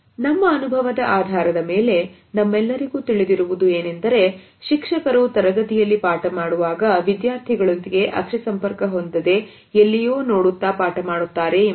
ನಮ್ಮ ಅನುಭವದ ಆಧಾರದಮೇಲೆ ನಮ್ಮೆಲ್ಲರಿಗೂ ತಿಳಿದಿರುವುದು ಏನೆಂದರೆ ಶಿಕ್ಷಕರು ತರಗತಿಯಲ್ಲಿ ಪಾಠ ಮಾಡುವಾಗ ವಿದ್ಯಾರ್ಥಿಗಳೊಂದಿಗೆ ಅಕ್ಷಿ ಸಂಪರ್ಕ ಹೊಂದಿದೆ ಎಲ್ಲಿಯೋ ನೋಡುತ್ತಾ ಪಾಠ ಮಾಡುತ್ತಾರೆ ಎಂಬುದು